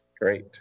Great